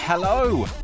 Hello